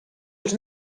els